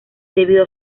debido